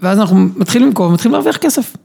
ואז אנחנו מתחילים למכור ומתחילים להרוויח כסף.